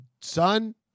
son